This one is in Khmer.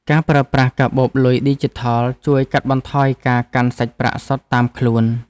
ការប្រើប្រាស់កាបូបលុយឌីជីថល ជួយកាត់បន្ថយការកាន់សាច់ប្រាក់សុទ្ធតាមខ្លួន។